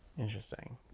Interesting